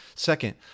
Second